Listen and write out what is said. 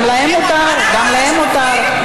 גם להם מותר, גם להם מותר.